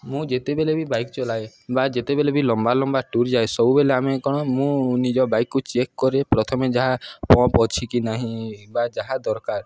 ମୁଁ ଯେତେବେଳେ ବି ବାଇକ୍ ଚଲାଏ ବା ଯେତେବେଳେ ବି ଲମ୍ବା ଲମ୍ବା ଟୁର୍ ଯାଏ ସବୁବେଳେ ଆମେ କ'ଣ ମୁଁ ନିଜ ବାଇକ୍କୁ ଚେକ୍ କରେ ପ୍ରଥମେ ଯାହା ପମ୍ପ ଅଛି କି ନାହିଁ ବା ଯାହା ଦରକାର